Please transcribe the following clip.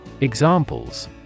Examples